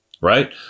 right